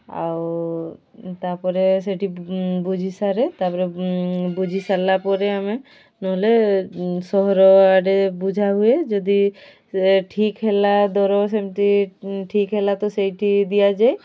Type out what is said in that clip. ଆଉ ତା'ପରେ ସେଠି ବୁଝିସାରେ ତା'ପରେ ବୁଝିସାରିଲାପରେ ଆମେ ନହେଲେ ସହର ଆଡ଼େ ବୁଝାହୁଏ ଯଦି ଠିକ୍ ହେଲା ଦର ସେମିତି ଠିକ୍ ହେଲା ତ ସେଇଠି ଦିଆଯାଏ